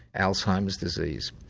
alzheimer's disease.